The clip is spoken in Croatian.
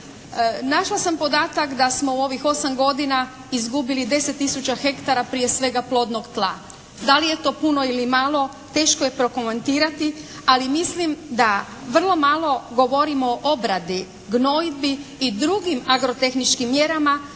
Našla sam podatak da smo u ovih 8 godina izgubili 10 tisuća hektara prije svega plodnog tla. Da li je to puno ili malo teško je prokomentirati, ali mislim da vrlo malo govorimo o obradi gnojidbi i drugim agrotehničkim mjerama